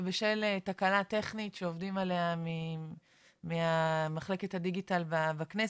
ובשל תקלה טכנית שעובדים עליה ממחלקת הדיגיטל בכנסת,